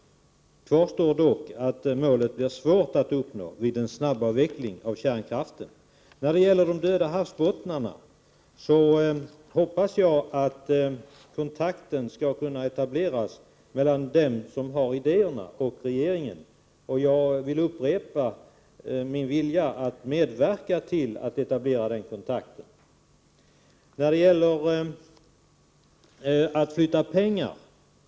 Kvar står dock att det blir svårt att uppnå det målet vid en snabbavveckling av kärnkraften. När det gäller de döda havsbottnarna hoppas jag att kontakt skall kunna etableras mellan dem som har idéer och regeringen. Jag vill upprepa att jag fortfarande är villig att medverka till att en sådan kontakt kan etableras.